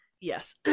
yes